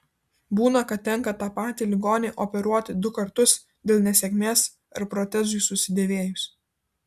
būna kad tenka tą patį ligonį operuoti du kartus dėl nesėkmės ar protezui susidėvėjus